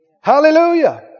Hallelujah